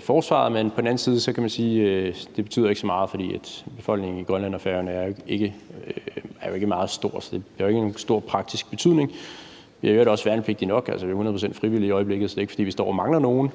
forsvaret. Men på den anden side kan man sige, at det ikke betyder så meget, fordi befolkningen i Grønland og på Færøerne jo ikke er meget stor, så det har ikke nogen stor praktisk betydning. Vi har i øvrigt også værnepligtige nok. Vi har 100 pct. frivillige i øjeblikket, så det er ikke, fordi vi står og mangler nogen.